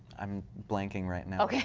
i'm blanking right now. yeah